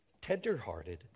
tenderhearted